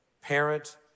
parent